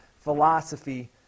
philosophy